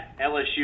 LSU